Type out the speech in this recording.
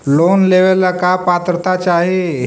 Loan लेवेला का पात्रता चाही?